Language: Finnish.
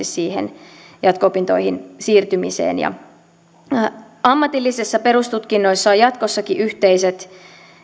siihen jatko opintoihin siirtymiseen ammatillisissa perustutkinnoissa on jatkossakin yhteiset